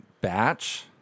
Batch